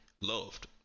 loved